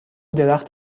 درخت